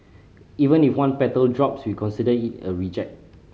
even if one petal drops we consider it a reject